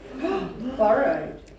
Borrowed